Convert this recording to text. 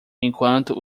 enquanto